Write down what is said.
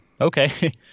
okay